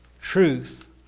truth